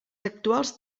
actuals